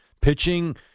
Pitching